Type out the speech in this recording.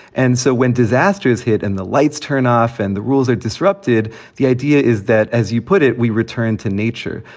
and so when disasters hit and the lights turn off and the rules are disrupted, the idea is that, as you put it, we return to nature.